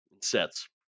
sets